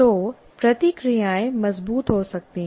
तो प्रतिक्रियाएं मजबूत हो सकती हैं